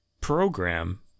program